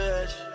edge